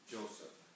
Joseph